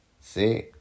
See